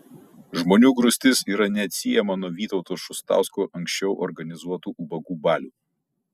žmonių grūstis yra neatsiejama nuo vytauto šustausko anksčiau organizuotų ubagų balių